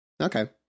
okay